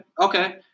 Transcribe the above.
okay